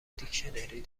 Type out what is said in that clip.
دیکشنری